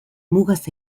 mugaz